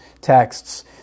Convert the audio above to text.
texts